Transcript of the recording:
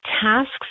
tasks